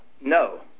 no